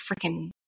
freaking